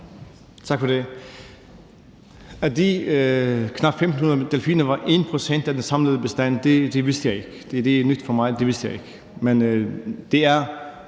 Tak for det. At de knap 1.500 delfiner var 1 pct. af den samlede bestand, vidste jeg ikke – det er nyt for mig; det vidste jeg ikke.